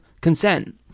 consent